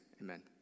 amen